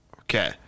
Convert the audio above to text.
Okay